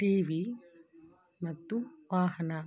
T V ಮತ್ತು ವಾಹನ